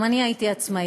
גם אני הייתי עצמאית.